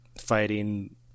fighting